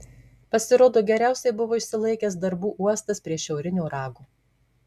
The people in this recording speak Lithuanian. pasirodo geriausiai buvo išsilaikęs darbų uostas prie šiaurinio rago